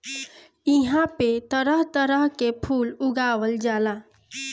इहां पे तरह तरह के फूल उगावल जाला